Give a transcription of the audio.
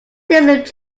this